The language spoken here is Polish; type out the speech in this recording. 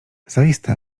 zaiste